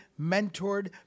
mentored